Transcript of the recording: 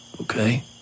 okay